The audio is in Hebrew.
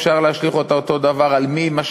אפשר להשליך אותה אותו דבר על מש"קית